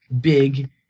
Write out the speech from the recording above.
big